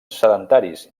sedentaris